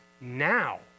now